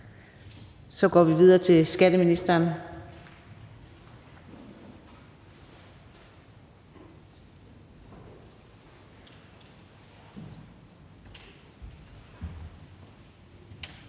Så går vi videre til skatteministeren.